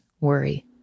worry